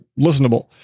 listenable